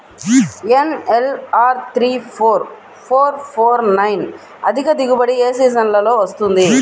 NLR three four four four nine అధిక దిగుబడి ఏ సీజన్లలో వస్తుంది?